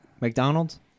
McDonald's